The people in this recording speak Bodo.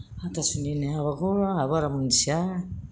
हाथासुनिनि हाबाखौ आंहा बारा मिन्थिया